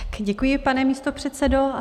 Děkuji, pane místopředsedo.